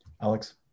Alex